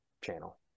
channel